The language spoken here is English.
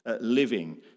living